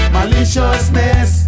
Maliciousness